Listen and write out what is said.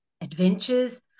adventures